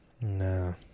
no